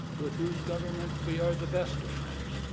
with whose government we are the best of friends.